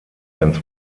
ganz